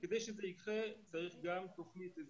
כדי שזה יקרה, צריך גם תוכנית.